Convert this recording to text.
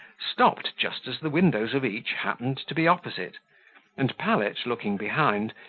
stopped just as the windows of each happened to be opposite and pallet, looking behind,